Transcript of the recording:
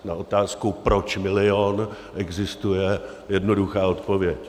Na otázku, proč milion, existuje jednoduchá odpověď.